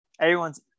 everyone's